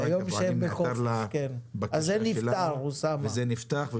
אם כן, זה נפתר.